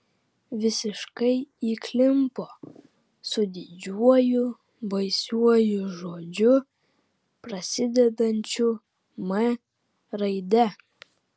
visiškai įklimpo su didžiuoju baisiuoju žodžiu prasidedančiu m raide